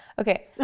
Okay